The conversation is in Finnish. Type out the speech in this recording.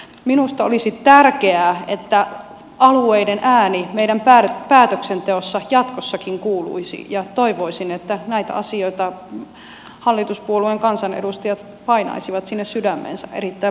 minusta olisi tärkeää että alueiden ääni meidän päätöksenteossamme jatkossakin kuuluisi ja toivoisin että näitä asioita hallituspuolueen kansanedustajat painaisivat sinne sydämeensä erittäin vakavasti